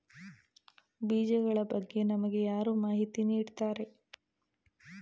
ಬೀಜಗಳ ಬಗ್ಗೆ ನಮಗೆ ಯಾರು ಮಾಹಿತಿ ನೀಡುತ್ತಾರೆ?